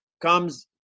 comes